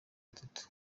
atatu